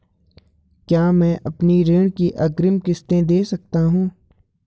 क्या मैं अपनी ऋण की अग्रिम किश्त दें सकता हूँ?